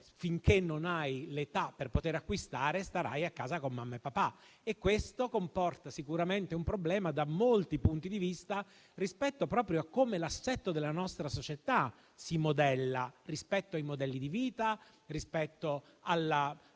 finché non hai l'età per poter acquistare, starai a casa con mamma e papà. Questo comporta sicuramente un problema da molti punti di vista, su come l'assetto della nostra società si modella, rispetto ai modelli di vita, rispetto